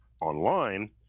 online